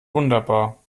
wunderbar